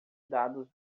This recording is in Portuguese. dados